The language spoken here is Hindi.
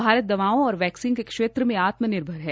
भारत दवाओं और वैक्सीन के क्षेत्र में आत्मनिर्भर है